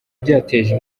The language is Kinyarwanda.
byateje